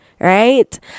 right